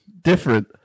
different